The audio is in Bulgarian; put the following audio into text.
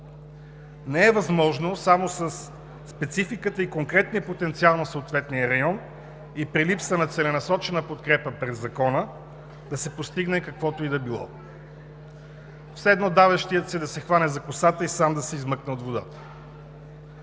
Не е възможно само със спецификата и конкретния потенциал на съответния район и при липса на целенасочена подкрепа през Закона да се постигне каквото и да било. Все едно давещият се да се хване за косата и сам да се измъкне от водата.